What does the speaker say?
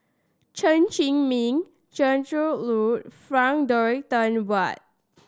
Chen Zhiming Zainudin Nordin Frank Dorrington Ward